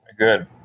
Good